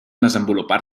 desenvolupar